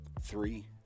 Three